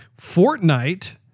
fortnite